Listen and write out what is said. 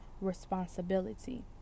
responsibility